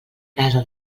casa